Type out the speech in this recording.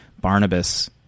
Barnabas